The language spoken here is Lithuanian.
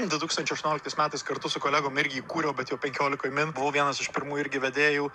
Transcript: du tūkstančiai aštuonioliktas metais kartu su kolegom irgi įkūriau bet jau penkiolikoj min buvau vienas iš pirmųjų irgi vedėjų